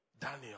Daniel